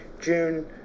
June